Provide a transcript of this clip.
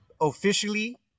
officially